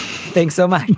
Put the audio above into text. thanks so much.